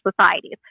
societies